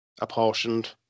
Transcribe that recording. apportioned